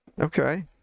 Okay